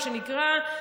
מה שנקרא,